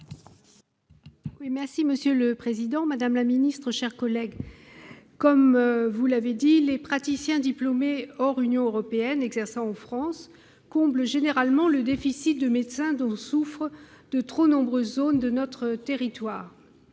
Monsieur le président, madame la secrétaire d'État, mes chers collègues, ce constat a été dressé : les praticiens diplômés hors Union européenne exerçant en France comblent généralement le déficit de médecins dont souffrent de trop nombreuses zones de notre territoire.